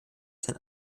sein